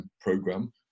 program